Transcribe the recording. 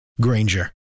Granger